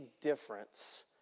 difference